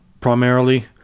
primarily